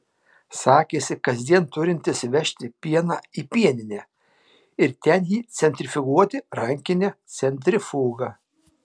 sakėsi kasdien turintis vežti pieną į pieninę ir ten jį centrifuguoti rankine centrifuga